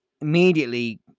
immediately